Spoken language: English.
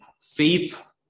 faith